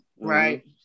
Right